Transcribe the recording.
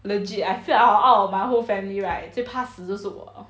legit I feel like out of out of my whole family right 最怕死就我 liao